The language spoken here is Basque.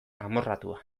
amorratua